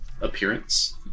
appearance